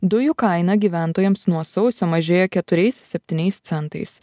dujų kaina gyventojams nuo sausio mažėja keturiais septyniais centais